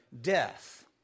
death